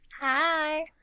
Hi